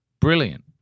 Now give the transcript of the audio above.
Brilliant